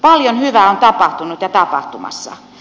paljon hyvää on tapahtunut ja tapahtumassa